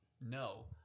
No